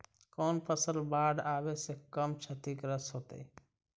कौन फसल बाढ़ आवे से कम छतिग्रस्त होतइ?